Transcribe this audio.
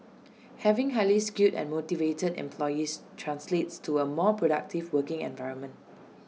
having highly skilled and motivated employees translates to A more productive working environment